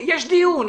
יש דיון.